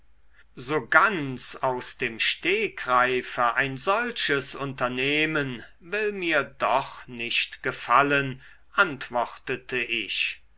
so ganz aus dem stegreife ein solches unternehmen will mir doch nicht gefallen antwortete ich